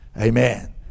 Amen